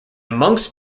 monks